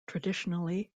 traditionally